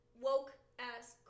woke-ass